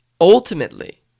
Ultimately